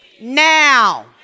now